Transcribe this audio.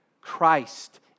Christ